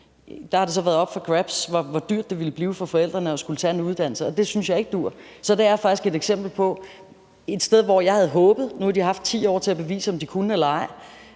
så har været up for grabs, hvor dyrt det ville blive for forældrene, at der skulle tages en uddannelse. Det synes jeg ikke duer. Så det er faktisk et eksempel på, at jeg havde håbet – nu har de haft 10 år til at bevise, om de kunne eller ej